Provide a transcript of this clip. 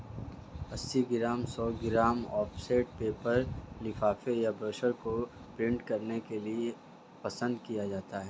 अस्सी ग्राम, सौ gram offset paper लिफाफे या ब्रोशर को प्रिंट करने के लिए पसंद किया जाता है